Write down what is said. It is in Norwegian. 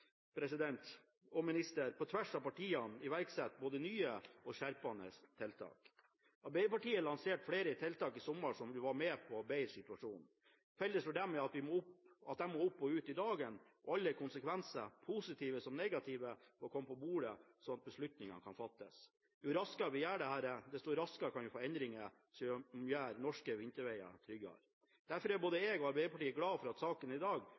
på tvers av partiene – iverksette både nye og skjerpede tiltak. Arbeiderpartiet lanserte i sommer flere tiltak som vil være med på å bedre situasjonen. Felles for dem er at de må opp og ut i dagen. Alle konsekvenser – positive som negative – må komme på bordet slik at beslutninger kan fattes. Jo raskere vi gjør dette, desto raskere kan vi få endringer som gjør norske vinterveger tryggere. Derfor er både jeg og Arbeiderpartiet glad for at saken i dag